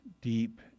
deep